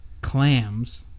clams